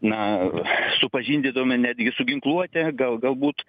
na supažindinome netgi su ginkluote gal galbūt